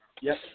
Yes